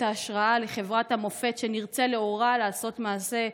ההשראה לחברת המופת שנרצה לאורה לעשות מעשה,